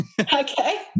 Okay